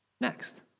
next